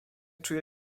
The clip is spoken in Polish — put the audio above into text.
czuję